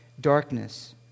darkness